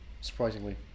surprisingly